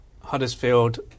Huddersfield